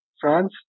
France